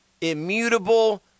immutable